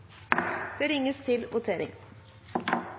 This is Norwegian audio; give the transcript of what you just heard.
det opp til